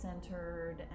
centered